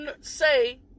say